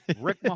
Rick